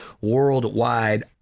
worldwide